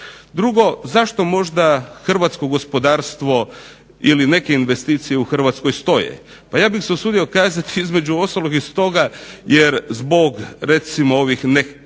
Drugo, zašto možda Hrvatsko gospodarstvo ili neke investicije u Hrvatskoj stoje, pa ja bih se usudio kazati između ostalog i stoga zbog ovih nekretnina